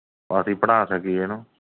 ਅਸੀਂ ਪੜ੍ਹਾ ਸਕੀਏ ਇਹਨੂੰ